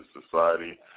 Society